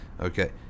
okay